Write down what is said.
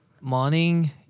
Morning